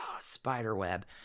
spiderweb